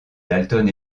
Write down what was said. dalton